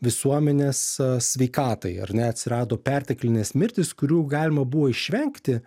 visuomenės sveikatai ar ne atsirado perteklinės mirtys kurių galima buvo išvengti